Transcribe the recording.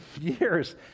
years